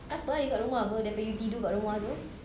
tak apa ah you dekat rumah apa daripada you tidur dekat rumah apa